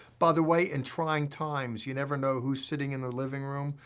by the way, in trying times, you never know who's sitting in their living room,